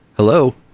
Hello